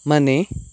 ಮನೆ